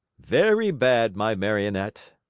very bad, my marionette,